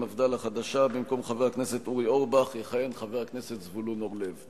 המפד"ל החדשה: במקום חבר הכנסת אורי אורבך יכהן חבר הכנסת זבולון אורלב.